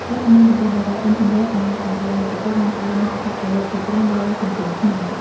វត្តមានរបស់តារាអុីនធឺណិត និងអ្នកបង្កើតមាតិកាបានផ្តល់នូវអត្ថប្រយោជន៍ជាច្រើនដល់សង្គមខ្មែរ។